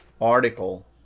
article